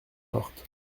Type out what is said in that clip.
morte